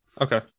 okay